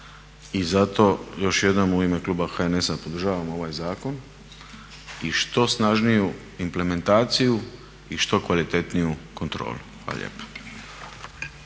i zato još jednom u ime kluba HNS-a podržavamo ovaj zakon i što snažniju implementaciju i što kvalitetniju kontrolu. Hvala lijepa.